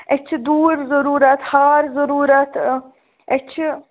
اَسہِ چھِ دوٗر ضروٗرت ہار ضروٗرت اَسہِ چھُ